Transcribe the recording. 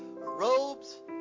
robes